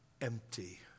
empty